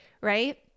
Right